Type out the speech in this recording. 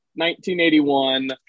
1981